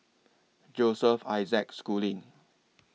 Joseph Isaac Schooling